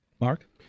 Mark